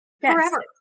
forever